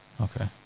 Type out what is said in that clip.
Okay